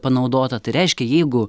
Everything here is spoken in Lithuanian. panaudota tai reiškia jeigu